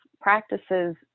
practices